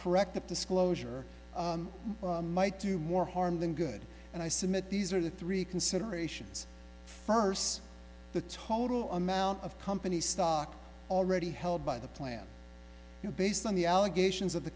corrective disclosure might do more harm than good and i submit these are the three considerations first the total amount of company stock already held by the plan based on the allegations of the